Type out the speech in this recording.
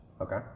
Okay